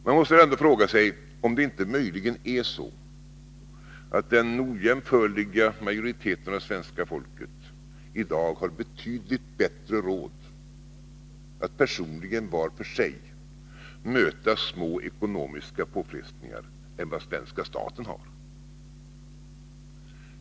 Man måste väl ändå fråga sig om det inte möjligen är så, att den ojämförligt största majoriteten av svenska folket i dag har betydligt bättre råd att var för sig personligen möta små ekonomiska påfrestningar än vad svenska staten har.